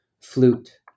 Flute